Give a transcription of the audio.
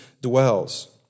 dwells